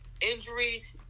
injuries